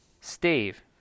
Steve